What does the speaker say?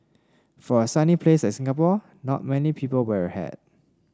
for a sunny place as Singapore not many people wear a hat